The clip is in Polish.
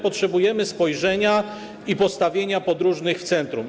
Potrzebujemy spojrzenia i postawienia podróżnych w centrum.